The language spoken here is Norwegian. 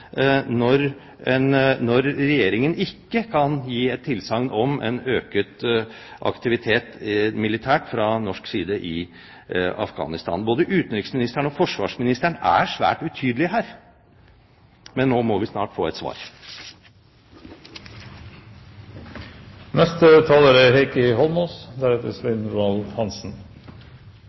når Regjeringen ikke kan gi tilsagn om en økt militær aktivitet fra norsk side i Afghanistan? Både utenriksministeren og forsvarsministeren er svær utydelige her, men nå må vi snart få et svar.